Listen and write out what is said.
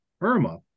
IRMA